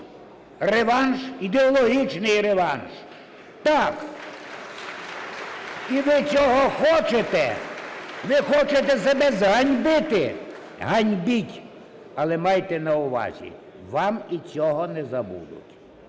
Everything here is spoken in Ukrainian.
реванш, ідеологічний реванш? Так. І ви цього хочете? Ви хочете себе зганьбити? Ганьбіть, але майте на увазі: вам і цього не забудуть.